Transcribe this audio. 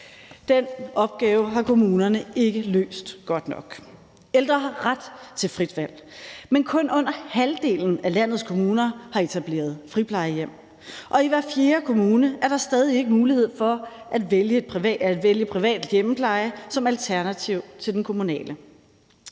Den opgave har kommunerne ikke løst godt nok. Ældre har ret til frit valg, men kun under halvdelen af landets kommuner har etableret friplejehjem, og i hver fjerde kommune er der stadig ikke mulighed for at vælge privat hjemmepleje som alternativ til den kommunale.